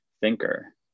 thinker